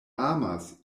amas